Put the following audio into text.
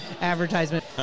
advertisement